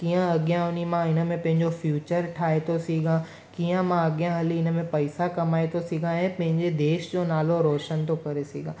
कीअं अॻियां वञी मां हिन में पंहिंजो फ्यूचर ठाहे थो सघां कीअं मां अॻियां हली हिन में पैसा कमाए थो सघां ऐं पंहिंजे देश जो नालो रोशनु थो करे सघां